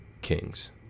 kings